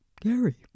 Gary